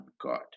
god